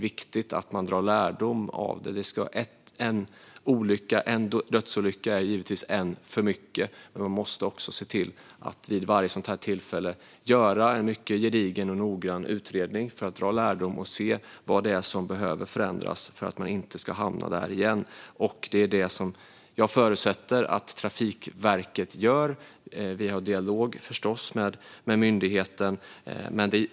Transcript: En dödsolycka är givetvis en för mycket, och vid varje sådant här tillfälle måste man se till att göra en mycket gedigen och noggrann utredning för att se vad som behöver förändras så att man inte ska hamna där igen. Detta förutsätter jag att Trafikverket gör, och vi har förstås dialog med myndigheten.